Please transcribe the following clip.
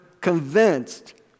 convinced